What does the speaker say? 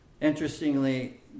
Interestingly